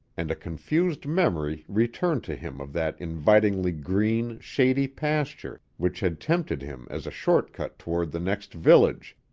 and a confused memory returned to him of that invitingly green, shady pasture which had tempted him as a short cut toward the next village,